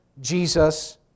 Jesus